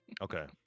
Okay